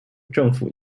政府